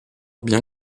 bien